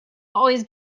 always